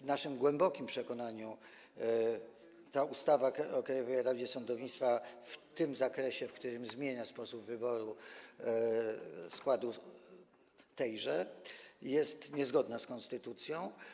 W naszym głębokim przekonaniu ustawa o Krajowej Radzie Sądownictwa w tym zakresie, w którym zmienia sposób wyboru składu tejże, jest niezgodna z konstytucją.